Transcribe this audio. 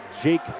Jake